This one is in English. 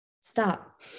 stop